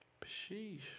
Sheesh